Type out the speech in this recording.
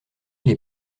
les